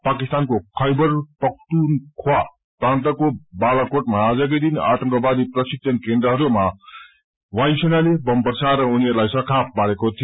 पाकिस्तानको खैबर पख्तुनख्वा प्रान्तको बालाकोटमा आजकै दिन आतंकीवरत्रादी प्रशिक्षण ठेकानाहरूमा वायुसेनाले बम वर्साएर उनीहरूलाई सखाप पारेको थियो